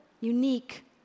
unique